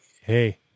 Hey